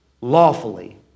lawfully